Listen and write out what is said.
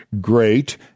great